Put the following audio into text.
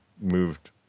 moved